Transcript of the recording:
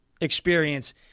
experience